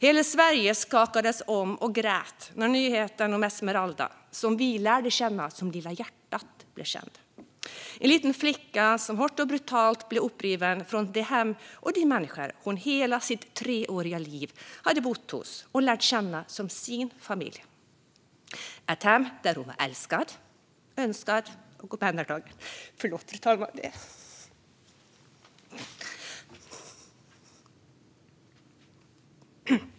Hela Sverige skakades om och grät när nyheten om Esmeralda, som vi lärde känna som "Lilla hjärtat", blev känd. Detta var en liten flicka som hårt och brutalt blev uppriven från det hem och de människor hon hela sitt treåriga liv hade bott hos och lärt känna som sin familj. Det var ett hem där hon var älskad, önskad och omhändertagen.